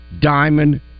diamond